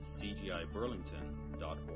cgiburlington.org